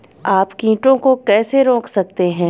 आप कीटों को कैसे रोक सकते हैं?